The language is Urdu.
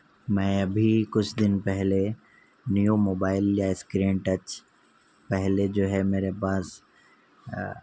میں ابھی کچھ دن پہلے نیو موبائل لیا اسکرین ٹچ پہلے جو ہے میرے پاس